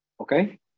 Okay